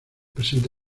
presente